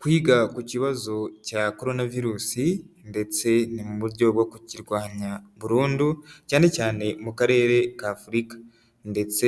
Kwiga ku kibazo cya Corona virusi, ndetse ni mu buryo bwo kukirwanya burundu, cyane cyane mu Karere ka Afurika. Ndetse